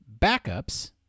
backups